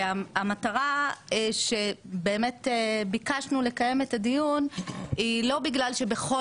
המטרה שבאמת ביקשנו לקיים את הדיון היא לא בגלל שבכל